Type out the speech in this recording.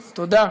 תודה.